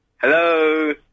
Hello